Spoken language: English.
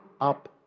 up